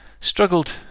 struggled